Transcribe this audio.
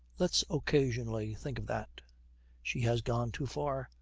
let's occasionally think of that she has gone too far.